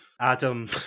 Adam